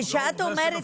כשאת אומרת: